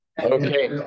Okay